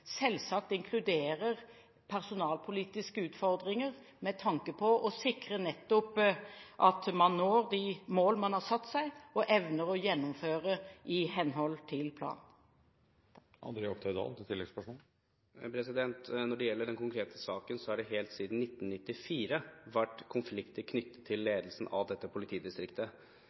selvsagt inkluderer personalpolitiske utfordringer med tanke på å sikre nettopp at man når de mål man har satt seg, og evner å gjennomføre i henhold til planen. Når det gjelder den konkrete saken, har det helt siden 1994 vært konflikter knyttet til ledelsen av dette politidistriktet.